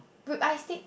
be~ I steak